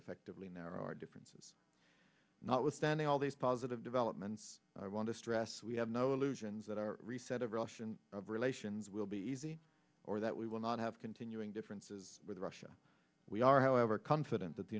effectively narrow our differences not withstanding all these positive developments i want to stress we have no illusions that our reset of russian relations will be easy or that we will not have continuing differences with russia we are however confident that the